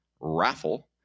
raffle